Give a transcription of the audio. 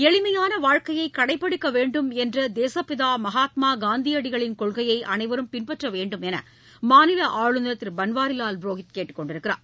எளிமையான வாழ்க்கையை கடைபிடிக்க வேண்டும் என்ற தேசப்பிதா மகாத்மா காந்தியடிகள் கொள்கையை அனைவரும் பின்பற்ற வேண்டும் என்று மாநிலஆளுநர் திரு பன்வாரிலால் புரோஹித் கேட்டுக்கொண்டுள்ளார்